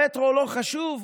המטרו לא חשוב?